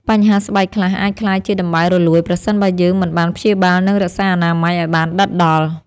បញ្ហាស្បែកខ្លះអាចក្លាយជាដំបៅរលួយប្រសិនបើយើងមិនបានព្យាបាល និងរក្សាអនាម័យឱ្យបានដិតដល់។